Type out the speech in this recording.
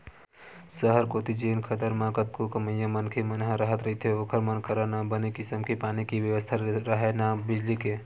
सहर कोती जेन खदर म कतको कमइया मनखे मन ह राहत रहिथे ओखर मन करा न बने किसम के पानी के बेवस्था राहय, न बिजली के